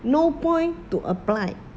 no point to apply